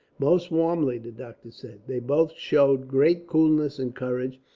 most warmly, the doctor said. they both showed great coolness and courage,